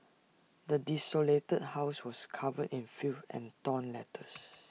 the desolated house was covered in filth and torn letters